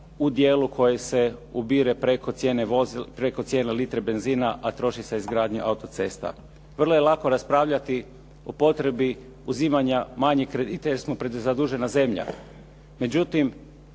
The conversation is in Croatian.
u dijelu koji se ubire preko cijene litre benzina, a troši za izgradnju autocesta. Vrlo je lako raspravljati o potrebi uzimanja manjih kredita, jer smo prezadužena zemlja.